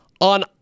on